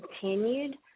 continued